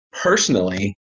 Personally